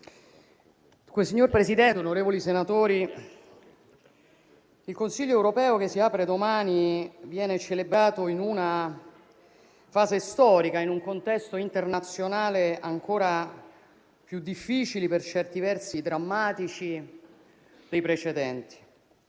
Signor Presidente, onorevoli senatori, il Consiglio europeo che si apre domani viene celebrato in una fase storica e in un contesto internazionale ancora più difficili e per certi versi drammatici dei precedenti.